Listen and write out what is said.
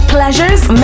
Pleasures